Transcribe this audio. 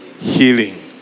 healing